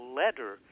letter